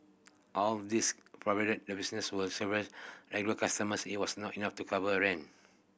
all these provided the business with several regular customers it was not enough to cover rent